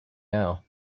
now